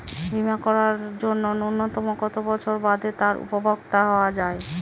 বীমা করার জন্য ন্যুনতম কত বছর বাদে তার উপভোক্তা হওয়া য়ায়?